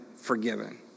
forgiven